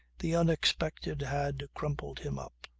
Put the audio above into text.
the unexpected had crumpled him up.